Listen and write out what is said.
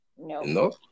No